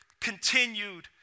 continued